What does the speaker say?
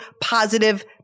positive